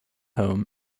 home